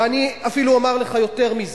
ואני אפילו אומר לך יותר מזה,